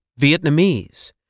Vietnamese